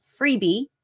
freebie